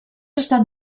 estan